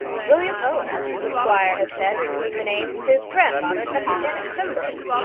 william owen! the squire had said, repeating the name his grandfather kept the inn at pembroke!